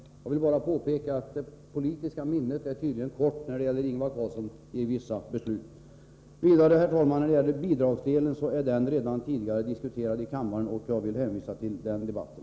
Jag vill bara påpeka att det politiska minnet tydligen är kort hos Ingvar Karlsson i fråga om vissa beslut. När det gäller bidragsdelen, herr talman, har den redan diskuterats i kammaren, och jag vill hänvisa till den debatten.